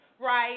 Right